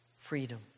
freedom